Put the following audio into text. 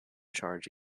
charge